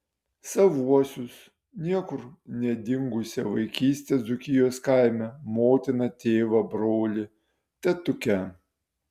savuosius niekur nedingusią vaikystę dzūkijos kaime motiną tėvą brolį tetukę